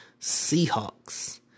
Seahawks